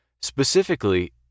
Specifically